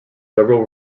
several